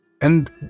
And